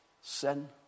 sin